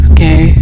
Okay